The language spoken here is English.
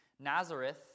Nazareth